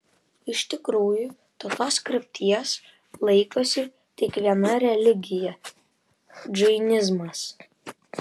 iš tikrųjų tokios krypties laikosi tik viena religija džainizmas